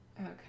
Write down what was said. okay